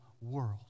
world